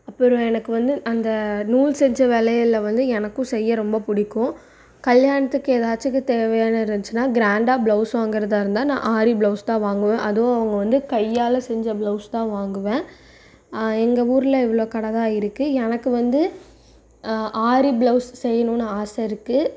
அப்புறம் எனக்கு வந்து அந்த நூல் செஞ்ச வளையலில் வந்து எனக்கும் செய்ய ரொம்ப பிடிக்கும் கல்யாணத்துக்கு ஏதாச்சுக்கு தேவையானது இருந்துச்சினா கிராண்டாக பிளவுஸ் வாங்கிறதா இருந்தால் நான் ஆரி பிளவுஸ் தான் வாங்குவேன் அதுவும் அவங்க வந்து கையால் செஞ்ச பிளவுஸ் தான் வாங்குவேன் எங்கள் ஊரில் இவ்வளோ கடை தான் இருக்குது எனக்கு வந்து ஆரி பிளவுஸ் செய்யணும்னு ஆசை இருக்குது